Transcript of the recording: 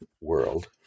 World